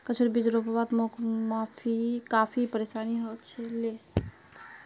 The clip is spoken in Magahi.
कद्दूर बीज रोपवात मोक काफी परेशानी ह ले